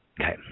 Okay